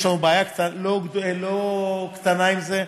יש לנו בעיה לא קטנה עם זה.